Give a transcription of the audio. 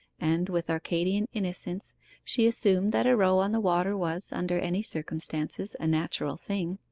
and with arcadian innocence she assumed that a row on the water was, under any circumstances, a natural thing.